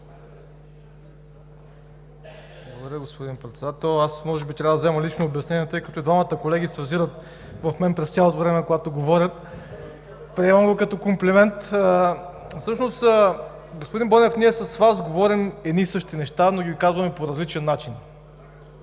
Благодаря, господин Председател. Може би трябва да взема лично обяснение, тъй като и двамата колеги се взират в мен през цялото време, когато говорят. Приемам го като комплимент. Всъщност, господин Бонев, ние с Вас говорим едни и същи неща, но ги казваме по различен начин.